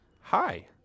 hi